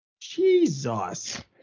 Jesus